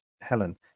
helen